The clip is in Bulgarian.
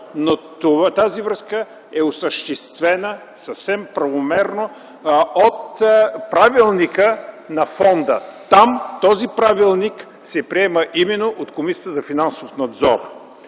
но тази връзка е осъществена съвсем правомерно от правилника на фонда. Там този правилник се приема именно от Комисията за финансов надзор.